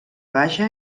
baixa